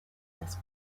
this